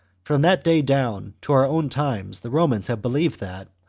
from that day down to our own times the romans have believed that,